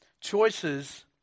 choices